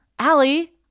Allie